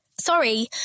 Sorry